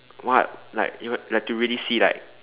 what like you know you have to really see like